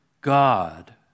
God